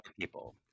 people